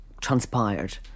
transpired